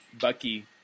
Bucky